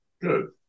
Good